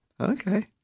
okay